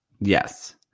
Yes